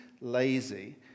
lazy